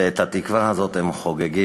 ואת התקווה הזאת הם חוגגים,